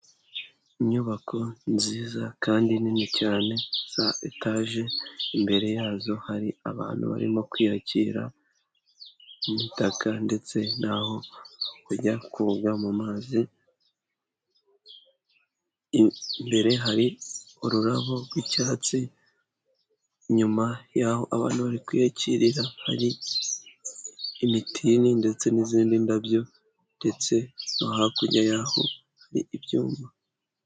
Inyubako nziza kandi nini cyane za etage. Imbere yazo hari abantu barimo kwiyakira, imitaka, ndetse n'aho kujya koga mu mazi. Imbere hari ururabo rw'icyatsi, inyuma y'aho abantu bari kwiyakirira, hari imitini ndetse n'izindi ndabyo ndetse no hakurya yaho hari ibyuma.